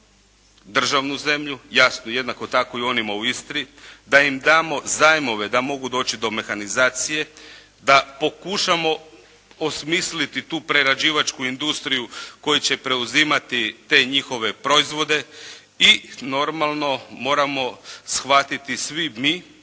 državnu zemlju, jasno jednako tako i onima u Istri, da im damo zajmove da mogu doći do mehanizacije, da pokušamo osmisliti tu prerađivačku industriju koja će preuzimati te njihove proizvode i normalno moramo shvatiti svi mi,